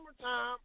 summertime